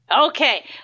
Okay